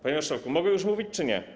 Panie marszałku, mogę już mówić, czy nie?